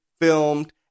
filmed